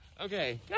Okay